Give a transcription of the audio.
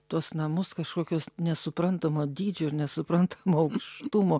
tuos namus kažkokius nesuprantamo dydžio ir nesuprantamo aukštumo